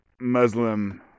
Muslim